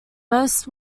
most